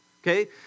okay